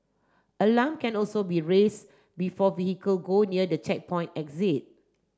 alarm can also be raise before vehicle go near the checkpoint exit